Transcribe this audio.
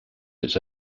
its